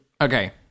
Okay